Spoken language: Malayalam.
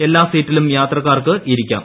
എല്ലാ സീറ്റിലും യാത്രക്കാർക്ക് ഇരിക്കാം